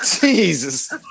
Jesus